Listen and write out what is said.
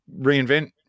reinvent